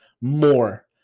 more